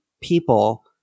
people